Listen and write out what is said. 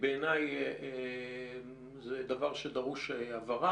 בעיניי זה דבר שדורש הבהרה.